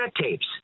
tapes